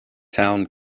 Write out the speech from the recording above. town